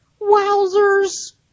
Wowzers